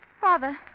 Father